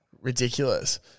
Ridiculous